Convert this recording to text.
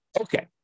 Okay